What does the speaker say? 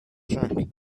trunk